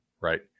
right